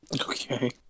Okay